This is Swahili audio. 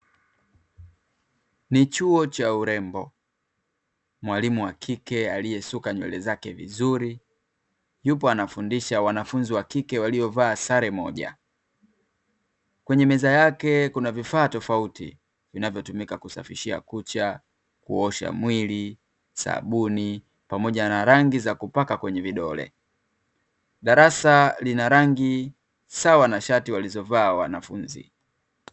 Ni chuo cha urembo, mwalimu wa kike aliyesuka nywele zake vizuri yupo anafundisha wanafunzi wa kike waliovaa sare moja. Kwenye meza yake kuna vifaa tofauti vinavyotumika kusafishia kucha, kuosha mwili, sabuni pamoja na rangi za kupaka kwenye vidole. Darasa lina rangi sawa na shati walizovaa wanafunzi.